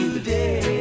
Today